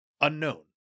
Unknown